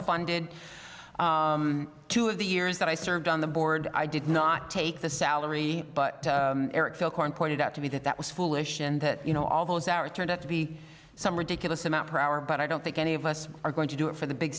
funded two of the years that i served on the board i did not take the salary but pointed out to be that that was foolish and that you know all those hours turned out to be some ridiculous amount per hour but i don't think any of us are going to do it for the big